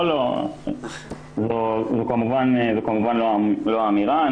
לא, זאת כמובן לא האמירה.